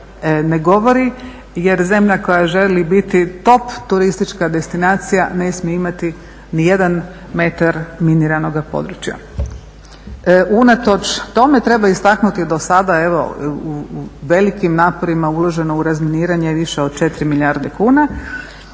ne govori jer zemlja koja želi biti top turistička destinacija ne smije imati nijedan metar miniranog područja. Unatoč tome treba istaknuti do sada velikim naporima uloženo je u razminiranje više od 4 milijarde kuna.